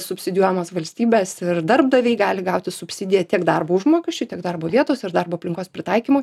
subsidijuojamas valstybės ir darbdaviai gali gauti subsidiją tiek darbo užmokesčiui tiek darbo vietos ir darbo aplinkos pritaikymui